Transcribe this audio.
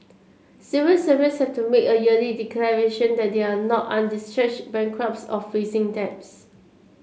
civil servants have to make a yearly declaration that they are not undischarged bankrupts or facing debts